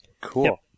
Cool